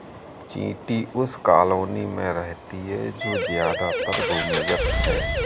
चींटी उस कॉलोनी में रहती है जो ज्यादातर भूमिगत है